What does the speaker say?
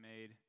made